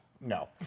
No